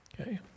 Okay